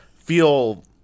feel